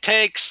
takes